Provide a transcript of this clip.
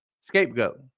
Scapegoat